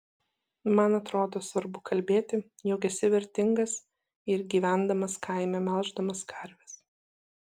man atrodo svarbu kalbėti jog esi vertingas ir gyvendamas kaime melždamas karves